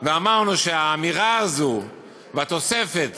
ואמרנו שהאמירה הזאת והתוספת